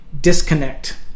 disconnect